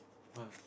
!woah!